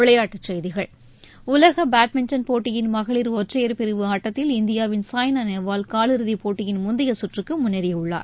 விளையாட்டுச்செய்கிகள் உலக பேட்மிண்டன் போட்டியின் மகளிர் ஒற்றையர் பிரிவு ஆட்டத்தில் இந்தியாவின் சாய்னா நேவால் காலிறுதிப் போட்டியின் முந்தைய சுற்றுக்கு முன்னேறியுள்ளார்